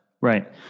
Right